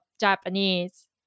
Japanese